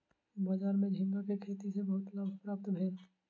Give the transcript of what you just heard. बजार में झींगा के खेती सॅ बहुत लाभ प्राप्त भेल